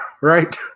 right